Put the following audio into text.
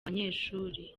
banyeshuri